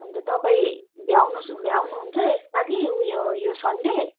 अन्त तपाईँ भ्याउनु होस् भ्याउनु हुन्छ यसपालि उयो यो सन्डे